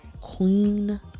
queen